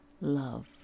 love